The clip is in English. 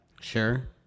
Sure